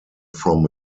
from